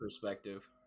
perspective